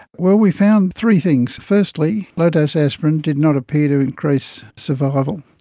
well, we found three things. firstly, low-dose aspirin did not appear to increase survival.